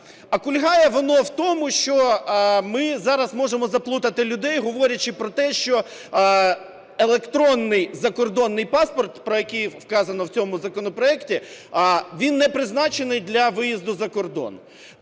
А кульгає воно в тому, що ми зараз можемо заплутати людей, говорячи про те, що електронний закордонний паспорт, про який сказано в цьому законопроекті, він не призначений для виїзду за кордон.